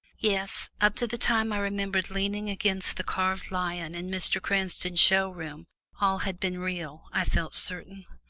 yes, up to the time i remembered leaning against the carved lion in mr. cranston's show-room all had been real, i felt certain.